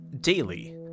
daily